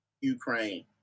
Ukraine